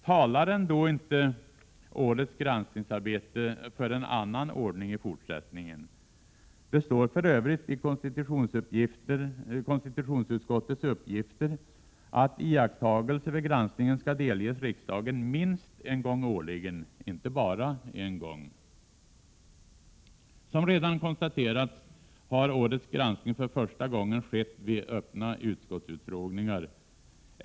Talar ändå inte årets granskningsarbete för en annan ordning i fortsättningen? Det ingår för övrigt i konstitutionsutskottets uppgifter att iakttagelser vid granskningen skall delges riksdagen minst en gång årligen, inte bara en gång. Som redan konstaterats har årets granskningsarbete för första gången skett bl.a. genom öppna utskottsutfrågningar.